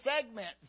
segments